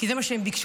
כי זה מה שהן ביקשו,